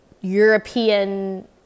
European